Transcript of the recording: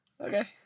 Okay